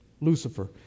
Lucifer